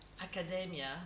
Academia